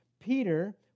Peter